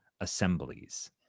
assemblies